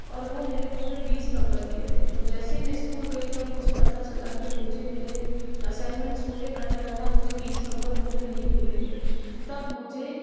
और वो मेरे पूरे बीस नंबर के थे तो जैसे मैं स्कूल गई तब मुझे पता चला कि मुझे मेरे असाइनमेंट्स पूरे करने हैं वरना मुझे बीस नंबर पूरे नहीं मिलेंगे तब मुझे